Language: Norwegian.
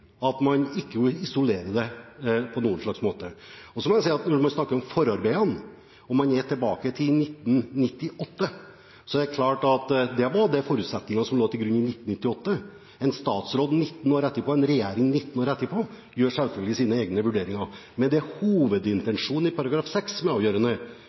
at man ikke isolerer det på noen som helst slags måte. Når man snakker om forarbeidene og er tilbake i 1998, var det forutsetninger som lå til grunn i 1998. En statsråd og en regjering som sitter 19 år senere, gjør seg selvfølgelig sine egne vurderinger. Men det er hovedintensjonen i § 6 som er det avgjørende, altså er det hensynene og situasjonen i de enkelte lokale og regionale områdene som er avgjørende